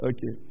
Okay